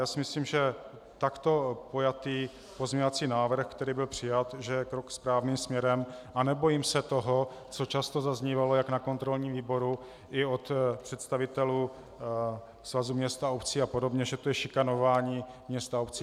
Myslím si, že takto pojatý pozměňovací návrh, který byl přijat, je krok správným směrem, a nebojím se toho, co často zaznívalo jak na kontrolním výboru i od představitelů Svazu měst a obcí apod., že to je šikanování měst a obcí.